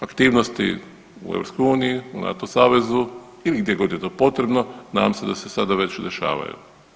Aktivnosti u EU, u NATO savezu ili gdje god je to potrebno nadam se da se sada već dešavaju.